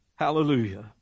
Hallelujah